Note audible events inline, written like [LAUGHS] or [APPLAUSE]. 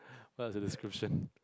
[LAUGHS] what's the description